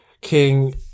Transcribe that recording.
King